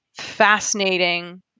fascinating